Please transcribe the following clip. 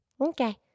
okay